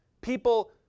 people